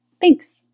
Thanks